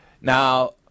Now